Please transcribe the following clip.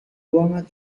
ruangan